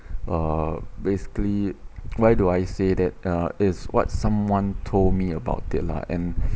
uh basically why do I say that uh it's what someone told me about it lah and